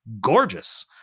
gorgeous